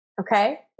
okay